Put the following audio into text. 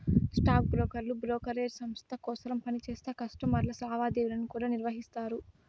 stock బ్రోకర్లు brokerage సంస్త కోసరం పనిచేస్తా కస్టమర్ల లావాదేవీలను కూడా నిర్వహిస్తారు